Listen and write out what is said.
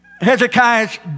Hezekiah's